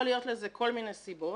יכולות להיות לזה כל מיני סיבות.